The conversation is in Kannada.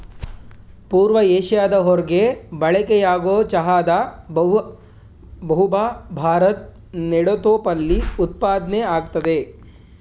ಪೂರ್ವ ಏಷ್ಯಾದ ಹೊರ್ಗೆ ಬಳಕೆಯಾಗೊ ಚಹಾದ ಬಹುಭಾ ಭಾರದ್ ನೆಡುತೋಪಲ್ಲಿ ಉತ್ಪಾದ್ನೆ ಆಗ್ತದೆ